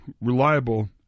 reliable